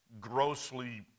grossly